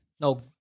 No